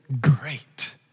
great